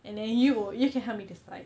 and then you you can help me to start